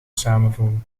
samenvoegen